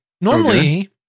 normally